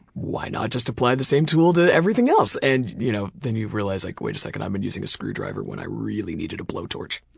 why not just apply the same tool to everything else? and you know then you realize, like wait a second, i've been using a screwdriver when i really needed a blowtorch.